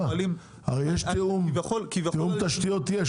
הרי תיאום תשתית יש.